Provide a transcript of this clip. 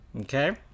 Okay